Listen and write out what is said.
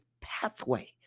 pathway